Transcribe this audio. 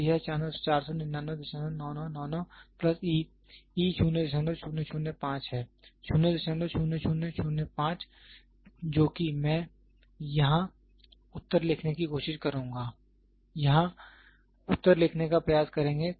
तो यह 4999999 plus e e 0005 है 00005 जो कि मैं यहां उत्तर लिखने की कोशिश करुंगा यहां उत्तर लिखने का प्रयास करेंगे